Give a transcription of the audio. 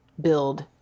build